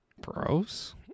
Bros